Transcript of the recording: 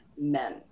men